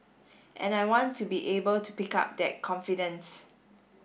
and I want to be able to pick up that confidence